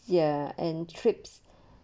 ya and trips